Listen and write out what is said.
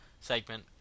segment